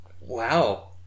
Wow